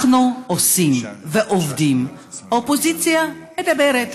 אנחנו עושים ועובדים, האופוזיציה מדברת.